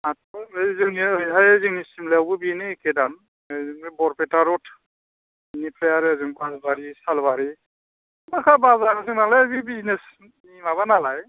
आट छ' बैदिनो जोंनि ओरैहाय जोंनि सिमलायावबो बेनो एके दाम बरपेटा रड बिनिफ्राय आरो ओजों बासबारि सालबारि बाजार गोनांलाय बे बिजनेसनि माबा नालाय